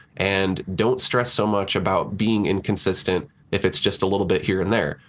and don't stress so much about being inconsistent if it's just a little bit here and there.